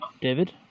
David